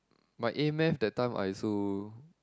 my a-math that time I also